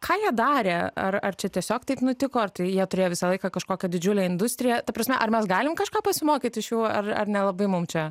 ką jie darė ar ar čia tiesiog taip nutiko ar tai jie turėjo visą laiką kažkokią didžiulę industriją ta prasme ar mes galim kažko pasimokyt iš jų ar ar nelabai mum čia